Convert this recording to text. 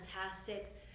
fantastic